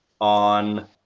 on